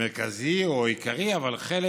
מרכזי או עיקרי, אבל חלק,